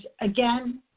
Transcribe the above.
again